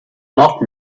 not